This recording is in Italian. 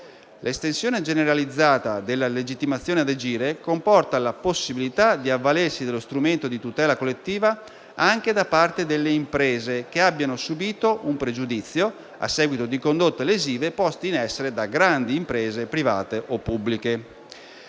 L'estensione generalizzata della legittimazione ad agire comporta la possibilità di avvalersi dello strumento di tutela collettiva anche da parte delle imprese che abbiano subito un pregiudizio a seguito di condotte lesive poste in essere da grandi imprese private o pubbliche.